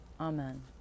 Amen